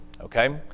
okay